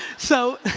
so.